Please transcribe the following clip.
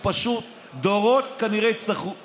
דורות כנראה יצטרכו,